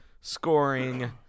scoring